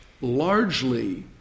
largely